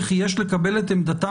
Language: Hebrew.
וכי יש לקבל את עמדתם-שלהם,